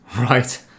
right